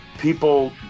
People